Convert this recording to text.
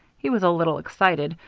he was a little excited,